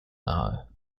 nahe